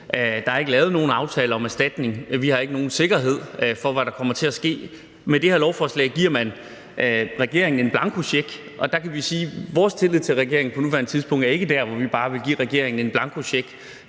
der ikke er lavet nogen aftale om erstatning. Vi har ikke nogen sikkerhed for, hvad der kommer til at ske. Med det her lovforslag giver man regeringen en blankocheck, og der kan vi sige, at vores tillid til regeringen på nuværende tidspunkt ikke er der, hvor vi bare vil give regeringen en blankocheck